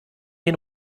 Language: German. den